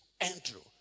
Andrew